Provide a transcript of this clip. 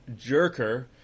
jerker